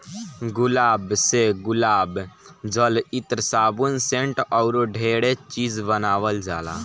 गुलाब से गुलाब जल, इत्र, साबुन, सेंट अऊरो ढेरे चीज बानावल जाला